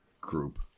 group